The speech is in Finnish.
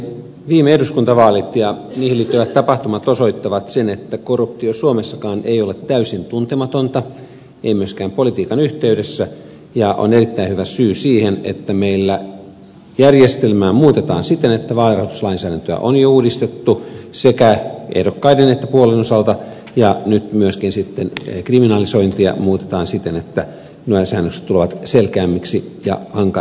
viime eduskuntavaalit ja niihin liittyvät tapahtumat osoittavat sen että korruptio suomessakaan ei ole täysin tuntematonta ei myöskään politiikan yhteydessä ja on erittäin hyvä syy siihen että meillä järjestelmää muutetaan siten että vaalirahoituslainsäädäntöä on jo uudistettu sekä ehdokkaiden että puolueiden osalta ja nyt myöskin sitten kriminalisointia muutetaan siten että lain säännökset tulevat selkeämmiksi ja ankarammiksi